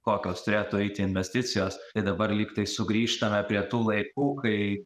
kokios turėtų eiti investicijos tai dabar lygtai sugrįžtame prie tų laikų kai